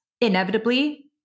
inevitably